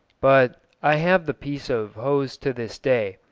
but i have the piece of hose to this day.